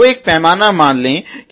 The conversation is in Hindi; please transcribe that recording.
तोएक पैमाना मान लें कि 0 से 10 तक